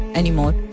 anymore